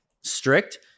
strict